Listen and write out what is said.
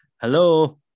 Hello